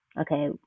okay